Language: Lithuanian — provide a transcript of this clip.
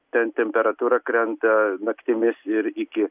ten temperatūra krenta naktimis ir iki